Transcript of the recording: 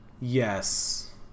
Yes